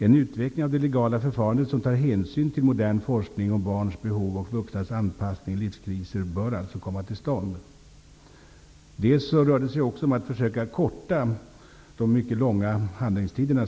En utveckling av det legala förfarandet som tar hänsyn till modern forskning om barns behov och vuxnas anpassning i livskriser bör alltså komma till stånd. Dels rör det sig om att försöka korta de ibland mycket långa handläggningstiderna.